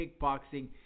kickboxing